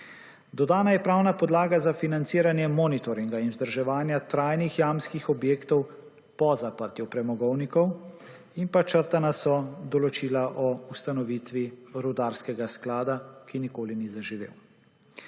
Dodana je pravna podlaga za financiranje monitoringa in vzdrževanja trajnih jamskih objektov po zaprtju premogovnikov in črtana so določila o ustanovitvi rudarskega sklada, ki nikoli ni zaživel.